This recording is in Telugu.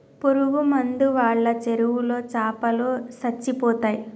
పురుగు మందు వాళ్ళ చెరువులో చాపలో సచ్చిపోతయ్